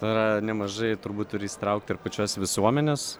yra nemažai turbūt turi įsitraukti ir pačios visuomenės